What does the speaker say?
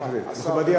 חבר הכנסת